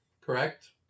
correct